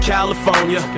California